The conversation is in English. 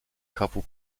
couple